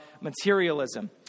materialism